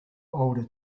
older